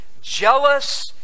jealous